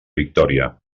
victòria